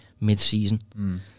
mid-season